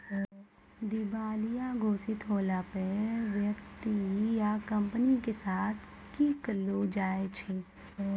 दिबालिया घोषित होला पे व्यक्ति या कंपनी के साथ कि करलो जाय छै?